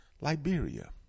Liberia